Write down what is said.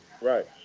Right